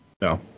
No